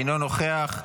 אינו נוכח,